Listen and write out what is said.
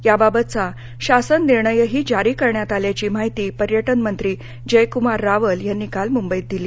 याबाबतचा शासन निर्णयही जारी करण्यात आल्याची माहिती पर्यटन मंत्री जयक्मार रावल यांनी काल मुंबईत दिली